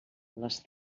les